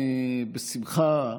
בשמחה,